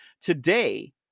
today